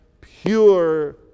pure